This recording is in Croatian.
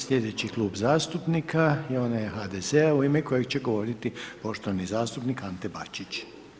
Slijedeći Klub zastupnika je onaj HDZ-a u ime kojeg će govoriti poštovani zastupnik Ante Bačić.